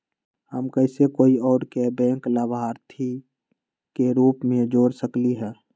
हम कैसे कोई और के बैंक लाभार्थी के रूप में जोर सकली ह?